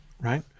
right